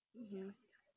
mmhmm